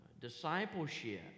Discipleship